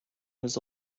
was